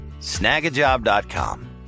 Snagajob.com